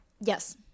yes